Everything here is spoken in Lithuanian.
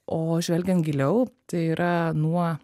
o žvelgiant giliau tai yra nuo